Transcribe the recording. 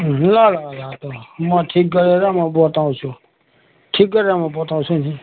अँ ल ल ल ल म ठिक गरेर म बताउँछु ठिक गरेर म बताउँछु नि